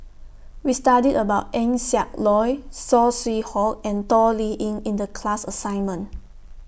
We studied about Eng Siak Loy Saw Swee Hock and Toh Liying in The class assignment